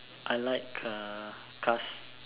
I like uh cars